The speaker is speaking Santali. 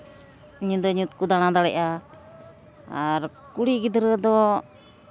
ᱧᱤᱫᱟᱹ ᱧᱩᱛ ᱠᱚ ᱫᱟᱬᱟ ᱫᱟᱲᱮᱭᱟᱜᱼᱟ ᱟᱨ ᱠᱩᱲᱤ ᱜᱤᱫᱽᱨᱟᱹ ᱫᱚ